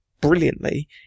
brilliantly